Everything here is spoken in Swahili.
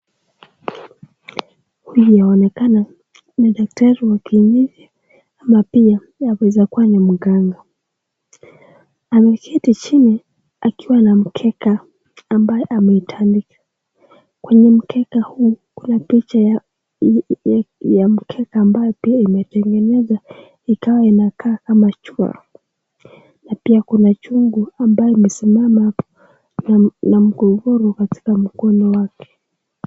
Inaonekana ni daktari wa kliniki ama pia inaweza kuwa ni mganga. Ameketi chini akiwa na mkeka, ambaye ametandika. Kenye mkake huu kuna picha ya mkeka ambayo imetengenezwa ikae inakaa kama jua . Na pia kuna chungu ambayo imesimama hapo na mkogoro katika mkono wake.